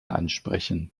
ansprechen